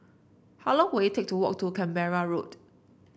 how long will it take to walk to Canberra Road